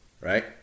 right